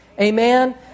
Amen